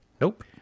Nope